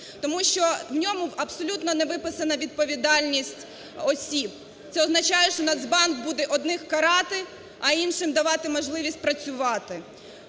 Тому що в ньому абсолютно не виписана відповідальність осіб. це означає, що Нацбанк буде одних карати, а іншим давати можливість працювати.